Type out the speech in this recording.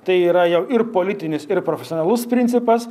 tai yra jau ir politinis ir profesionalus principas